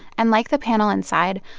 and like the panel inside,